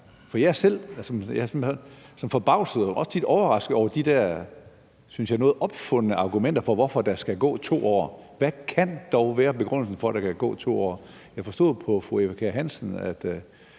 er også selv tit forbavset og overrasket over de der, synes jeg, noget til lejligheden opfundne argumenter for, at der skal gå 2 år. Hvad kan dog være begrundelsen for, at der skal gå 2 år? Jeg forstod på fru Eva Kjer Hansen, at